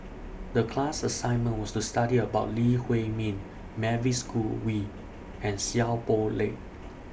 The class assignment was to study about Lee Huei Min Mavis Khoo Oei and Seow Poh Leng